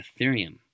Ethereum